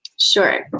Sure